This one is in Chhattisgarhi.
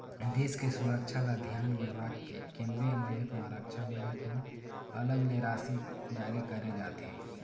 देश के सुरक्छा ल धियान म राखके केंद्रीय बजट म रक्छा बजट म अलग ले राशि जारी करे जाथे